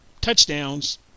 touchdowns